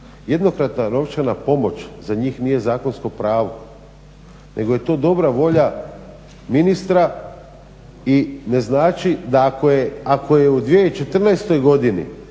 Jednokratna novčana pomoć za njih nije zakonsko pravo nego je to dobra volja ministra i ne znači da ako je u 2014.godini